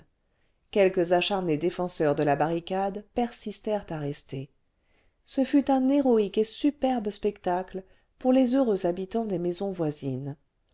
quelques acharnés défenseurs de la barricade persistèrent à rester ce fut un héroïque et superbe spectacle pour les heureux habitants des maisons voisines